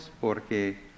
porque